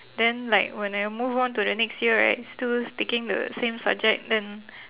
then like when I move on to the next year right still s~ taking the same subject then